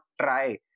try